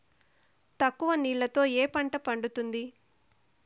తక్కువ నీళ్లతో ఏ పంట పండుతుంది?